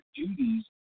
duties